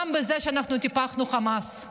גם בזה שאנחנו טיפחנו את חמאס,